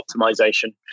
optimization